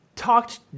Talked